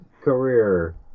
career